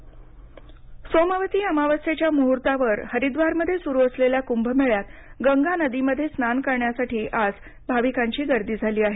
कुभमेळा सोमवती अमावास्येच्या मुहूर्तावर हरिद्वारमध्ये सुरु असलेल्या कुंभ मेळ्यात गंगानदीमध्ये स्नान करण्यासाठी आज भाविकांची गर्दी झाली आहे